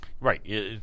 Right